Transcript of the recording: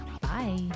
Bye